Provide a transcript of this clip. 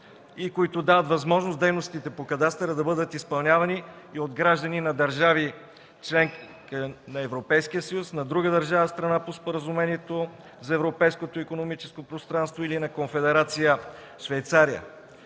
и които дават възможност дейностите по кадастъра да бъдат изпълнявани и от граждани на държави – членки на Европейския съюз, на друга държава, страна по споразумението за европейското икономическо пространство или на конфедерация Швейцария.